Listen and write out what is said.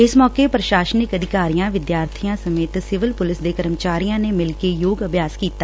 ਇਸ ਸੌਕੇ ਪ੍ਰਸ਼ਾਸਨਿਕ ਅਧਿਕਾਰੀਆਂ ਵਿਦਿਆਰਬੀਆਂ ਅਤੇ ਸਿਵਲ ਪੁਲਿਸ ਦੇ ਕਰਮਚਾਰੀਆਂ ਨੇ ਮਿਲ ਕੇ ਯੋਗ ਅਭਿਆਸ ਕੀਤਾ